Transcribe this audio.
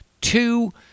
two